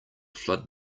flood